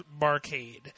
Barcade